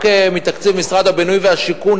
רק מתקציב משרד הבינוי והשיכון,